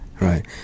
right